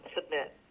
submit